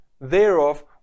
thereof